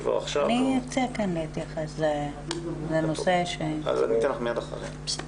בינתיים נשמע את חברת הכנסת עאידה תומא סלימאן.